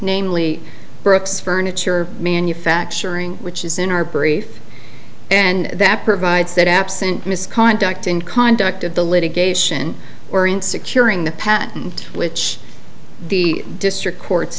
namely brooks furniture manufacturing which is in our brief and that provides that absent misconduct in conduct of the litigation or in securing the patent which the district court